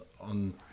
on